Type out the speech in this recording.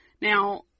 Now